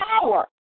power